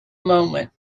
moment